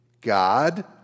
God